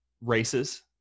races